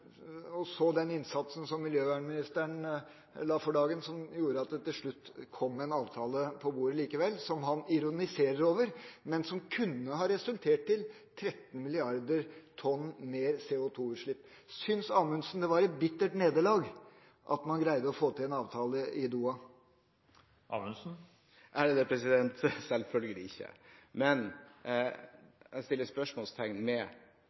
og så embetsfolkene som jobbet døgnet rundt og innsatsen som miljøvernministeren la for dagen, som gjorde at det til slutt kom en avtale på bordet likevel, som han ironiserer over, men som kunne ha resultert i 13 mrd. tonn mer CO2-utslipp. Synes Amundsen at det var et bittert nederlag at man greide å få til en avtale i Doha? Selvfølgelig ikke, men jeg setter spørsmålstegn